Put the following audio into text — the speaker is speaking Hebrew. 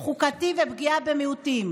חוקתי ופגיעה במיעוטים.